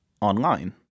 online